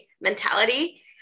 mentality